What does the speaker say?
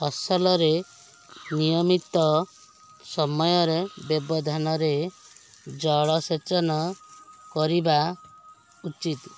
ଫସଲରେ ନିୟମିତ ସମୟରେ ବ୍ୟବଧାନରେ ଜଳସେଚନ କରିବା ଉଚିତ୍